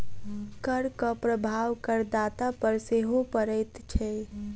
करक प्रभाव करदाता पर सेहो पड़ैत छै